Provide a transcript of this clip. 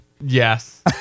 Yes